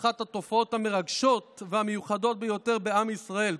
אחת התופעות המרגשות והמיוחדות ביותר בעם ישראל,